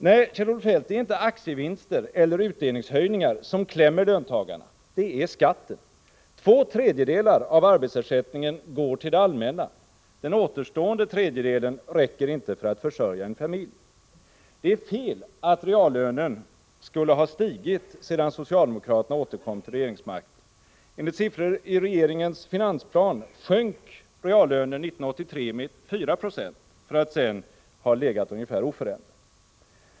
Nej, Kjell-Olof Feldt, det är inte aktievinster eller höjda utdelningar som ”klämmer” löntagarna. Det är skatten. Två tredjedelar av arbetsersättningen går till det allmänna. Den återstående tredjedelen räcker inte för att försörja en familj. Det är fel att reallönen skulle ha stigit sedan socialdemokraterna återkom till regeringsmakten. Enligt siffror i regeringens finansplan sjönk reallönen 1983 med 4 96, för att sedan ha varit ungefär oförändrad.